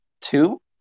two